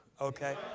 okay